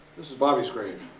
this is bobby's grave.